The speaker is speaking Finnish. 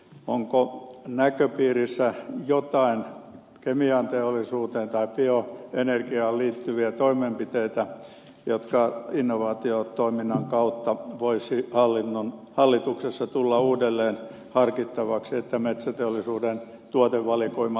onko näköpiirissä joitakin kemianteollisuuteen tai bioenergiaan liittyviä toimenpiteitä jotka innovaatiotoiminnan kautta voisivat hallituksessa tulla uudelleen harkittavaksi jotta metsäteollisuuden tuotevalikoima laajentuisi